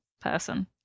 person